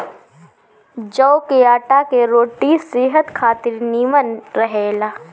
जव के आटा के रोटी सेहत खातिर निमन रहेला